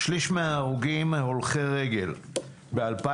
שליש מההרוגים הם הולכי רגל ב-2022.